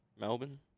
Melbourne